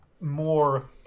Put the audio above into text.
more